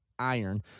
Iron